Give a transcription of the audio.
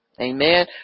Amen